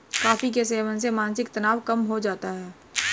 coffee के सेवन से मानसिक तनाव कम हो जाता है